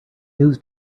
news